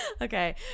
Okay